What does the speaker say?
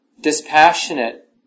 dispassionate